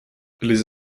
les